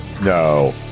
No